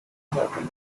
happen